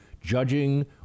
judging